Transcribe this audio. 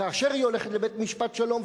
כאשר היא הולכת לבית-משפט שלום,